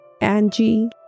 Angie